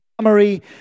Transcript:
summary